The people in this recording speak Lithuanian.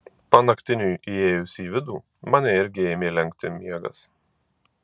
panaktiniui įėjus į vidų mane irgi ėmė lenkti miegas